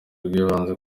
bwibanze